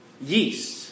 yeast